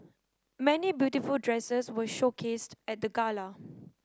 many beautiful dresses were showcased at the gala